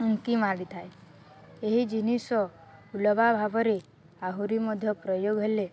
ଉଙ୍କି ମାରିଥାଏ ଏହି ଜିନିଷ ଭଲ ଭାବରେ ଆହୁରି ମଧ୍ୟ ପ୍ରୟୋଗ ହେଲେ